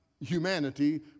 humanity